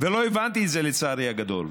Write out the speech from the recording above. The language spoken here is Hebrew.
ולא הבנתי את זה, לצערי הגדול,